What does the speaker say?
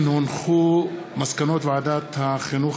מסקנות ועדת החינוך,